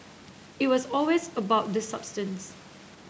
it was always about the substance